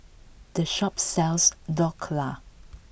the shop sells Dhokla